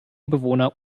bewohner